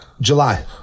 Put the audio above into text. July